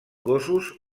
gossos